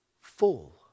full